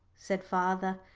said father.